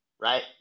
right